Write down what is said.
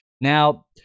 Now